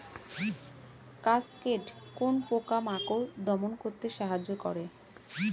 Cascade কোন পোকা মাকড় দমন করতে সাহায্য করে?